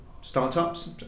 startups